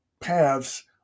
paths